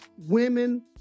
women